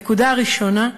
הנקודה הראשונה: